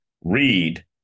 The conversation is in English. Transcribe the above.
read